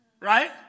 right